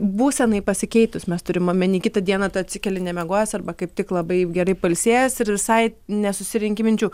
būsenai pasikeitus mes turim omeny kitą dieną atsikeli nemiegojęs arba kaip tik labai gerai pailsėjęs ir visai nesusirenki minčių